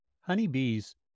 Honeybees